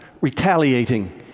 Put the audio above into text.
retaliating